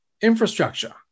infrastructure